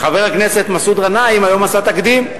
חבר הכנסת מסעוד גנאים עשה היום תקדים.